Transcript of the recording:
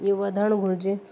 ईअं वधणु घुरिजे